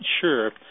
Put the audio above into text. sure